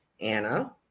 Anna